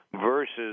versus